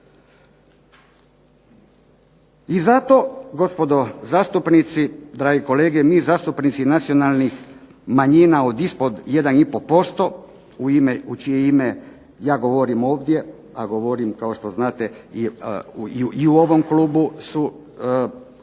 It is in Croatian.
I zato gospodo zastupnici, dragi kolege, mi zastupnici nacionalnih manjina od ispod 1 i pol posto u ime, u čije ime ja govorim ovdje, a govorim kao što znate i u ovom klubu su zastupnici